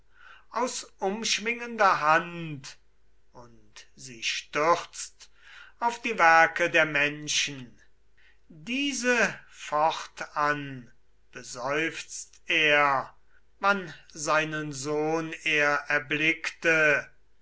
aus umschwingender hand und sie stürzt auf die werke der menschen diese fortan beseufzt er wann seinen sohn er erblickte